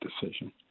decision